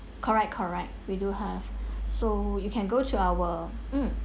correct correct we do have so you can go to our mm